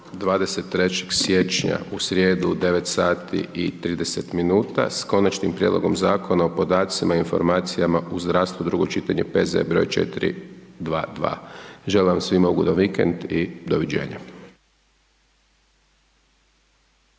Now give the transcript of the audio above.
23. siječnja, u srijedu u 9 sati i 30 minuta, s Konačnim prijedlogom Zakona o podacima informacijama u zdravstvu, drugo čitanje P.Z. broj 422. Želim vam svima ugodan vikend i doviđenja.